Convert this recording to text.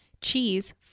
cheese